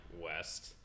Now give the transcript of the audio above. West